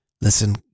listen